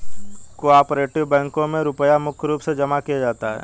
को आपरेटिव बैंकों मे रुपया मुख्य रूप से जमा किया जाता है